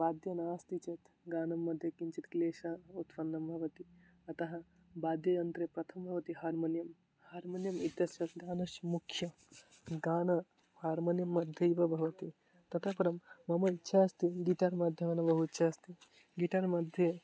वाद्यं नास्ति चेत् गायनं मध्ये किञ्चित् क्लेशः उत्पन्नं भवति अतः वाद्ययन्त्रं प्रथमं भवति हार्मोन्यं हार्मोन्यम् इत्यस्य गानस्य मुख्यं गानं हार्मोन्यं मध्यैव भवति ततः परम् मम इच्छा अस्ति गिटार् माध्यमेन बहु इच्छा अस्ति गिटार्मध्ये